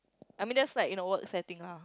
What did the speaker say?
I mean that's like in a work setting lah